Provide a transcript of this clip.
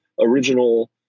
original